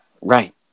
Right